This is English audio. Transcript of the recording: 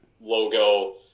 logo